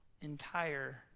entire